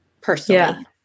personally